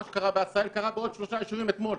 מה שקרה בעשהאל קרה בעוד שלושה יישובים אתמול.